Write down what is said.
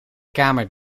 kamer